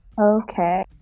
Okay